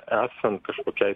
esant kažkokiai